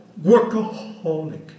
workaholic